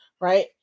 right